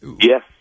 Yes